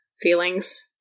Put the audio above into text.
feelings